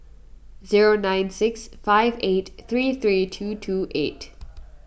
zero nine six five eight three three two two eight